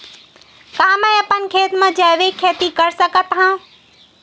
का मैं अपन खेत म जैविक खेती कर सकत हंव?